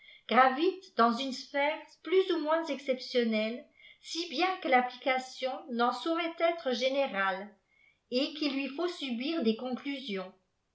gravitent dans une sphère plus ou moins exceptionnelle si bien que l'applicatiob n'en saurait être générale et qu'il lui faut subir des conclusions